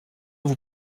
vous